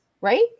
Right